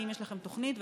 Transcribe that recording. האם יש לכם תוכנית?